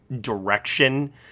direction